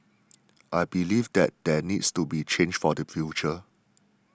I believe that there needs to be change for the future